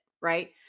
right